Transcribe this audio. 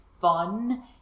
fun